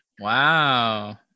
Wow